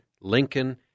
Lincoln